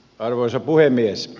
arvoisa puhemies